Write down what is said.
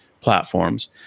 platforms